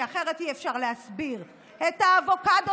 כי אחרת אי-אפשר להסביר את האבוקדו